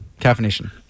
Caffeination